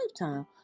Lifetime